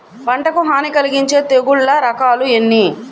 పంటకు హాని కలిగించే తెగుళ్ళ రకాలు ఎన్ని?